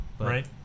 right